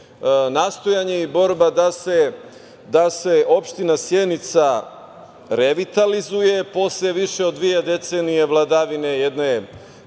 nastojanje i borba da se opština Sjenica revitalizuje posle više od dve decenije vladavine jedne